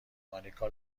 مانیکا